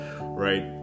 right